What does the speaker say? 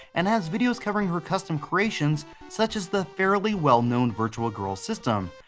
and has videos covering her custom creations such as the fairly well known virtual girl system.